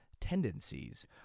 tendencies